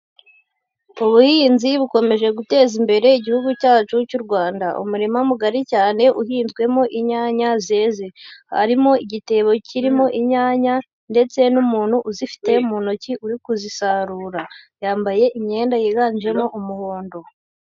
Ubuhinzi bukomeje guteza imbere igihugu cyacu cy'u Rwanda. Umurima mugari cyane uhinzwemo inyanya zeze. Harimo igitebo kirimo inyanya ndetse n'umuntu uzifite mu ntoki uri kuzisarura. Yambaye imyenda yiganjemo umuhondo.